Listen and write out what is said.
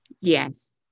Yes